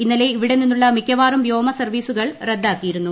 ഇന്നലെ ഇവിടുന്നുള്ള മിക്ക്വാ്റും വ്യോമ സർവീസുകളും റദ്ദാക്കിയിരുന്നു